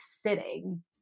sitting